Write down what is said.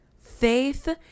faith